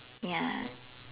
ya